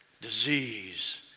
disease